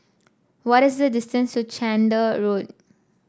what is the distance to Chander Road